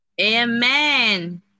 Amen